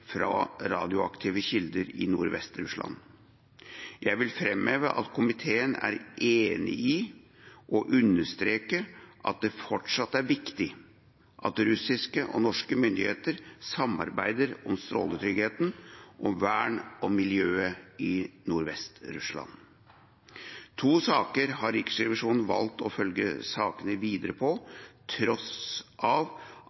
fra radioaktive kilder i Nordvest-Russland. Jeg vil framheve at komiteen er enig i og understreker at det fortsatt er viktig at russiske og norske myndigheter samarbeider om stråletryggheten og om vern av miljøet i Nordvest-Russland. To saker har Riksrevisjonen valgt å følge videre til tross